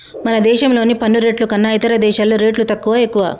మన దేశంలోని పన్ను రేట్లు కన్నా ఇతర దేశాల్లో రేట్లు తక్కువా, ఎక్కువా